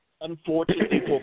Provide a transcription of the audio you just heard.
unfortunately